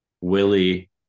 Willie